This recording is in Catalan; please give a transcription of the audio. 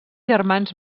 germans